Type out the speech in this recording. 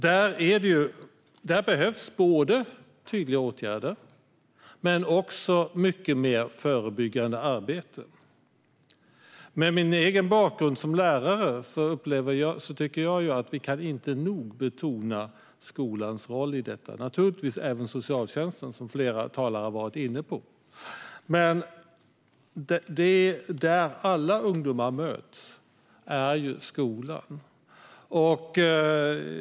Det behövs både tydliga åtgärder och mycket mer förebyggande arbete. Med min egen bakgrund som lärare tycker jag att vi inte nog kan betona skolans roll i detta, och naturligtvis även socialtjänstens, som flera talare har varit inne på. Men den plats där alla ungdomar möts är skolan.